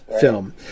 film